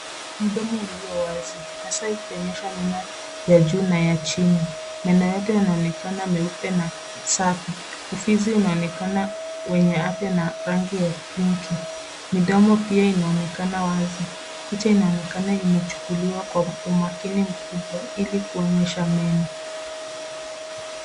Mdomo ulio wazi, hasa ikionyesha meno ya juu na ya chini. Meno yote yanaonekana meupe na safi. Ufizi unaonekana wenye afya na rangi ya pingi. Midomo pia inaonekana wazi. Picha inaonekana imechukuliwa kwa umakini mkubwa, ili kuonyesha meno.